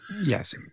Yes